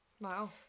Wow